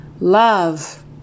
Love